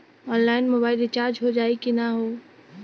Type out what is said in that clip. Online mobile recharge हो जाई की ना हो?